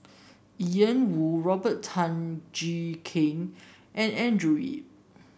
Ian Woo Robert Tan Jee Keng and Andrew Yip